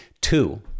Two